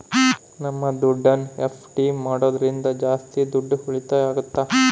ನಮ್ ದುಡ್ಡನ್ನ ಎಫ್.ಡಿ ಮಾಡೋದ್ರಿಂದ ಜಾಸ್ತಿ ದುಡ್ಡು ಉಳಿತಾಯ ಆಗುತ್ತ